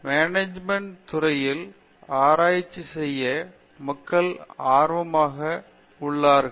management துறையில் ஆராய்ச்சி செய்ய மக்கள் ஆர்வமாக உள்ளார்கள்